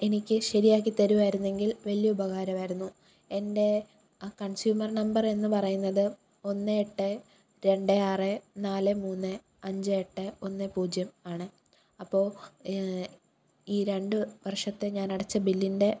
എനിക്ക് ശരിയാക്കി തരുമായിരുന്നെങ്കിൽ വലിയ ഉപകാരമായിരുന്നു എൻ്റെ ആ കൺസ്യൂമർ നമ്പറെന്ന് പറയുന്നത് ഒന്ന് എട്ട് രണ്ട് ആറ് നാല് മൂന്ന് അഞ്ച് എട്ട് ഒന്ന് പൂജ്യം ആണ് അപ്പോൾ ഈ രണ്ട് വർഷത്തെ ഞാൻ അടച്ച ബില്ലിൻ്റെ